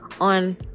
on